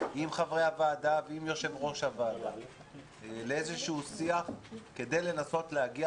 עם חברי הוועדה ועם יושב ראש הוועדה לאיזשהו שיח כדי לנסות להגיע